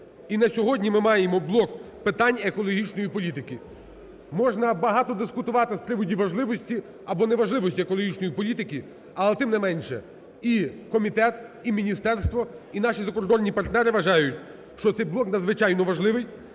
і на сьогодні ми маємо блок питань екологічної політики. Можна багато дискутувати з приводу важливості або неважливості екологічної політики, але тим не менше, і комітет, і міністерство, і наші закордонні партнери вважають, що цей блок надзвичайно важливий.